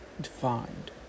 ...defined